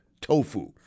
tofu